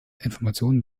informationen